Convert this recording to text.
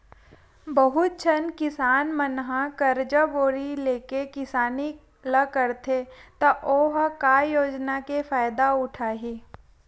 बहुत झन किसान मन ह करजा बोड़ी लेके किसानी ल करथे त ओ ह का योजना के फायदा उठाही